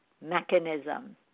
mechanism